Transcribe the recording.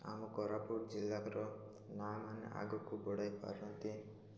ଆମ କୋରାପୁଟ ଜିଲ୍ଲାର ମା' ମାନେ ଆଗକୁ ବଢ଼ାଇ ପାରନ୍ତି